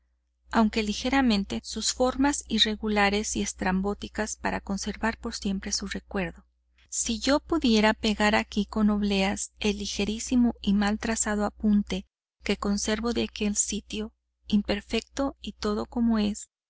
aunque ligeramente sus formas irregulares y estrambóticas para conservar por siempre su recuerdo si yo pudiera pegar aquí con obleas el ligerísimo y mal trazado apunte que conservo de aquel sitio imperfecto y todo como es